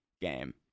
game